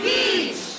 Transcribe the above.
Beach